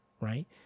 Right